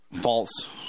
False